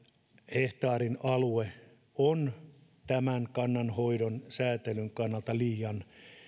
hehtaarin yhtenäinen alue on kannanhoidon säätelyn kannalta liian